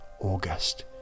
August